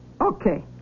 Okay